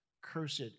Cursed